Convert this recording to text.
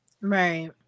Right